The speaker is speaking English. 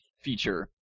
feature